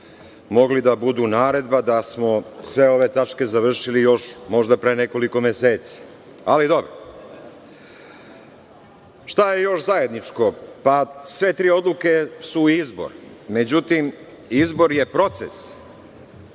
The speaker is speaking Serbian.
mogli da budu naredba da smo sve ove tačke završili još možda pre nekoliko meseci, ali dobro. Šta je još zajedničko? Pa, sve tri odluke su izbor. Međutim, izbor je proces,